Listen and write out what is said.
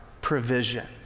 provision